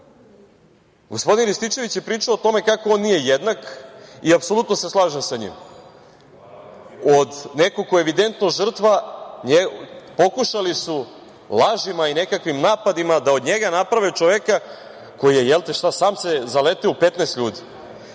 Rističević je pričao o tome kako on nije jednak i apsolutno se slažem sa njim. Od nekog ko je evidentno žrtva pokušali su lažima i nekakvim napadima da od njega naprave čoveka koji jel te, sam se zaleteo u 15 ljudi,